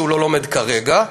שהוא לא לומד כרגע,